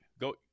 go